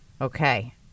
Okay